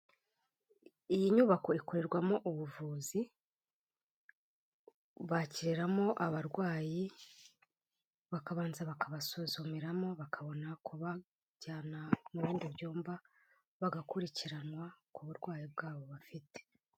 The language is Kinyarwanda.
Iyi nyubako ikorerwamo ubuvuzi, bakiriramo abarwayi, bakabanza bakabasuzumiramo bakabona kubajyana mu bindi byumba, bagakurikiranwa ku burwayi bwabo bafite.